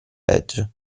legge